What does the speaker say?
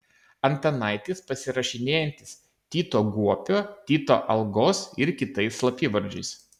antanaitis pasirašinėjantis tito guopio tito algos ir kitais slapyvardžiais